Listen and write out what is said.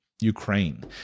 Ukraine